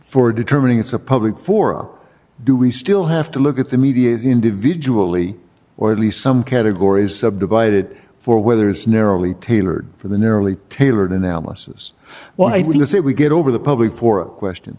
for determining it's a public forum do we still have to look at the media individually or at least some categories subdivided for whether it's narrowly tailored for the narrowly tailored analysis why would you say we get over the public for a question